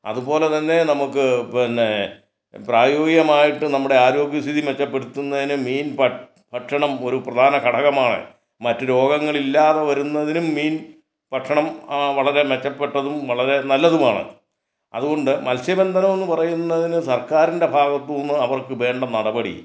അതുപോലെ തന്നെ നമുക്ക് പിന്നെ പ്രയോഗികമായിട്ട് നമ്മുടെ ആരോഗ്യ സ്ഥിതി മെച്ചപ്പെടുത്തുന്നതിന് മെയിൻ ഭ ഭക്ഷണം ഒരു പ്രധാന ഘടകമാണ് മറ്റു രോഗങ്ങൾ ഇല്ലാതെ വരുന്നതിനും മെയിൻ ഭക്ഷണം വളരെ മെച്ചപ്പെട്ടതും വളരെ നല്ലതുമാണ് അതുകൊണ്ട് മത്സ്യബന്ധനം എന്ന് പറയുന്നതിന് സർക്കാരിൻ്റെ ഭാഗത്തു നിന്ന് അവർക്ക് വേണ്ട നടപടി